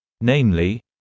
namely